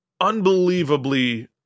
unbelievably